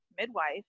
midwife